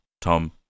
Tom